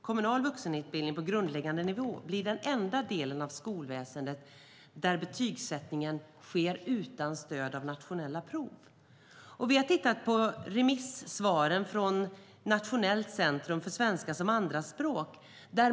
Kommunal vuxenutbildning på grundläggande nivå är den enda delen av skolväsendet där betygsättningen sker utan stöd av nationella prov. Vi har tittat på remissvaren från Nationellt centrum för svenska som andraspråk.